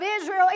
Israel